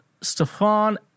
stefan